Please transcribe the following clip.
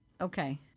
Okay